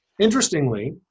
interestingly